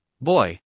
boy